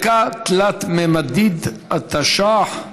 (חלקה תלת-ממדית), התשע"ח 2018,